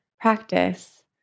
practice